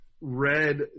read